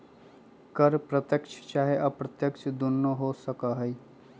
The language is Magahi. कर प्रत्यक्ष चाहे अप्रत्यक्ष दुन्नो हो सकइ छइ